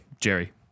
Jerry